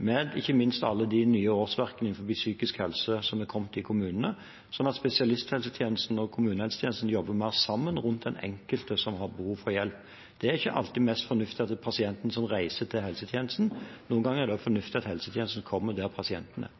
med alle de nye årsverkene som har kommet i kommunene, innenfor psykisk helse, slik at spesialisthelsetjenesten og kommunehelsetjenesten jobber mer sammen rundt den enkelte som har behov for hjelp. Det er ikke alltid mest fornuftig at det er pasienten som reiser til helsetjenesten. Noen ganger er det også fornuftig at helsetjenesten kommer dit pasienten er.